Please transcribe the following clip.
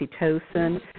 oxytocin